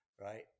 Right